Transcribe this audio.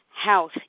house